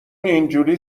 اینجوری